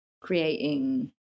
creating